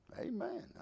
Amen